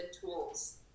tools